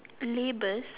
labels